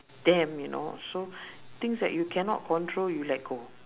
them you know so things that you cannot control you let go